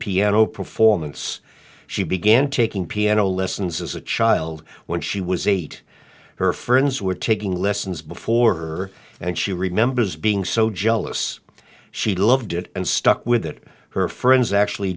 piano performance she began taking piano lessons as a child when she was eight her friends were taking lessons before and she remembers being so jealous she loved it and stuck with it her friends actually